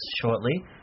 shortly